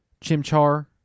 chimchar